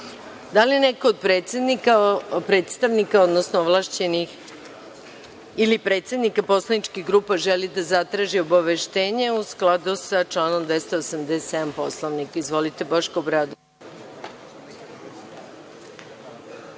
li neko od predsednika, odnosno ovlašćenih predstavnika poslaničkih grupa želi da zatraži obaveštenje, u skladu sa članom 287. Poslovnika? Reč ima narodni